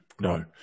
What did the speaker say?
no